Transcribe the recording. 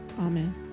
Amen